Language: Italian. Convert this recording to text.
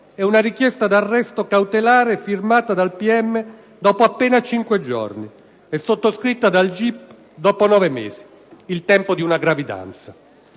una richiesta d'arresto cautelare firmata dal Pm dopo appena cinque giorni, e sottoscritta dal Gip dopo nove mesi, il tempo di una gravidanza.